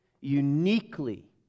uniquely